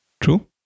True